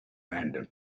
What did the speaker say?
random